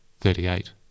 thirty-eight